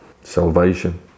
Salvation